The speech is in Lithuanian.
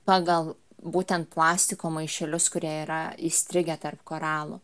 pagal būtent plastiko maišelius kurie yra įstrigę tarp koralų